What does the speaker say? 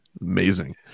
Amazing